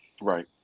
right